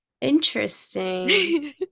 Interesting